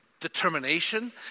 determination